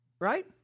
right